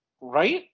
Right